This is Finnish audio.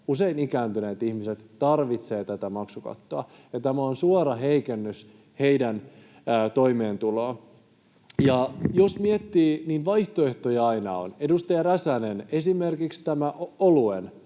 usein ikääntyneet ihmiset tarvitsevat tätä maksukattoa ja tämä on suora heikennys heidän toimeentuloonsa. Jos miettii, niin vaihtoehtoja aina on. Edustaja Räsänen, esimerkiksi tämä oluen